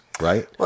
right